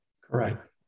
Correct